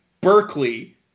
Berkeley